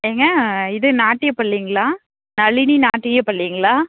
ஏங்க இது நாட்டியப் பள்ளிங்களா நளினி நாட்டியப் பள்ளிங்களா